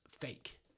fake